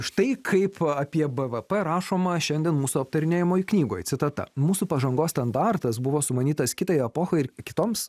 štai kaip apie bvp rašoma šiandien mūsų aptarinėjamoj knygoj citata mūsų pažangos standartas buvo sumanytas kitai epochai ir kitoms